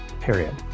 period